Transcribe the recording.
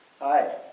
Hi